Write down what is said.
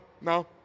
No